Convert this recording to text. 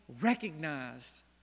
recognized